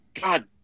god